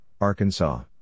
Arkansas